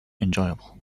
enjoyable